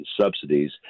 subsidies